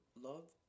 love